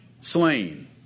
slain